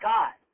God